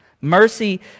Mercy